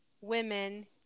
women